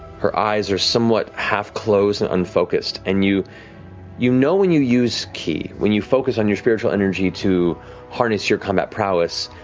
her eyes are somewhat half-closed and unfocused. and you you know when you use ki, when you focus on your spiritual energy to harness your combat prowess,